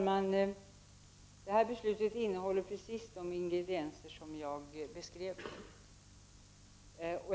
Herr talman! Beslutet innehåller precis de ingredienser som jag beskrev förut.